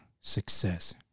success